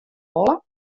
wolle